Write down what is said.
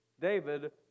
David